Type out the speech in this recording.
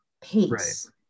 pace